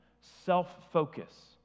self-focus